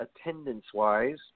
attendance-wise